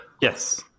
Yes